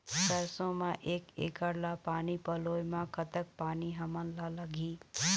सरसों म एक एकड़ ला पानी पलोए म कतक पानी हमन ला लगही?